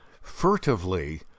furtively